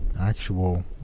actual